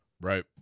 Right